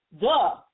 Duh